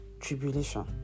tribulation